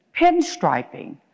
pinstriping